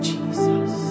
Jesus